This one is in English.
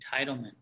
entitlement